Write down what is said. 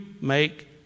make